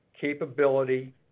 capability